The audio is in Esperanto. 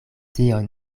tion